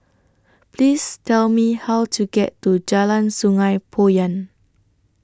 Please Tell Me How to get to Jalan Sungei Poyan